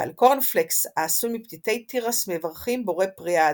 ועל קורנפלקס העשוי מפתיתי תירס מברכים בורא פרי האדמה.